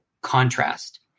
contrast